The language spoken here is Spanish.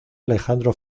alejandro